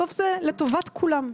בסוף זה לטובת כולם.